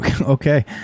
Okay